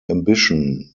ambition